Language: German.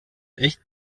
echt